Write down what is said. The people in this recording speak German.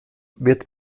wird